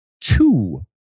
two